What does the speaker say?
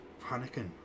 panicking